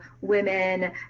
women